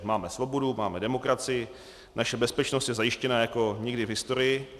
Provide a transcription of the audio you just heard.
Máme svobodu, máme demokracii, naše bezpečnost je zajištěna jako nikdy v historii.